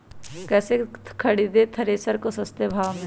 कैसे खरीदे थ्रेसर को सस्ते भाव में?